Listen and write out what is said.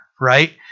right